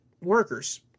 workers